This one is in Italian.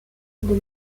del